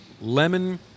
lemon